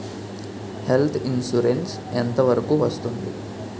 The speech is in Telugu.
హెల్త్ ఇన్సురెన్స్ ఎంత వరకు వస్తుంది?